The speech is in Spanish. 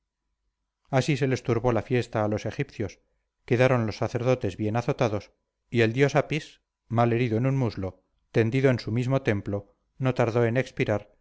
así se les turbó la fiesta a los egipcios quedaron los sacerdotes bien azotados y el dios apis mal herido en un muslo tendido en su mismo templo no tardó en espirar